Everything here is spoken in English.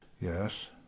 Yes